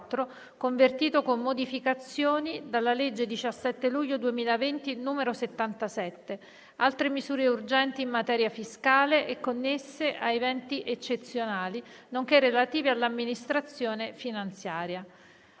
convertito, con modificazioni, dalla legge 17 luglio 2020, n. 77, altre misure urgenti in materia fiscale e connesse a eventi eccezionali, nonché relative all'amministrazione finanziaria"